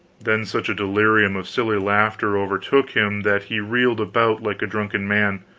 then such a delirium of silly laughter overtook him that he reeled about like a drunken man,